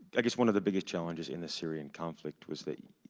i guess one of the biggest challenges in the syrian conflict was that,